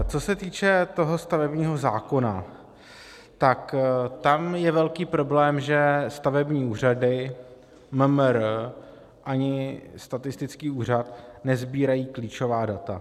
Co se týče toho stavebního zákona, tak tam je velký problém, že stavební úřady, MMR ani statistický úřad nesbírají klíčová data.